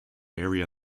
area